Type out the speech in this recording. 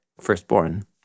firstborn